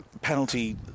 Penalty